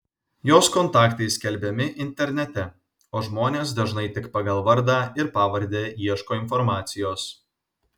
jos kontaktai skelbiami internete o žmonės dažnai tik pagal vardą ir pavardę ieško informacijos